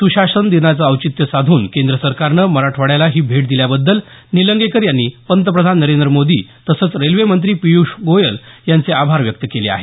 सुशासन दिनाचं औचित्य साधून केंद्र सरकारने मराठवाड्याला ही भेट दिल्याबद्दल निलंगेकर यांनी पंतप्रधान नरेंद्र मोदी तसंच रेल्वे मंत्री पिय़ष गोयल यांचे आभार व्यक्त केले आहेत